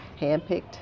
handpicked